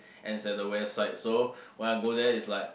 and it's at the west side so when I go there is like